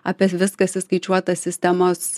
apie viskas įskaičiuota sistemos